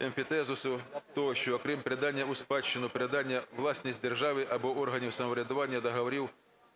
емфітевзису тощо, окрім передання у спадщину, передання у власність держави або органів самоврядування договорів